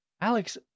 Alex